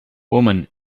woman